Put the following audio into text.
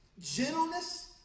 gentleness